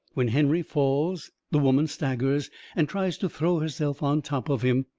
when henry falls the woman staggers and tries to throw herself on top of him.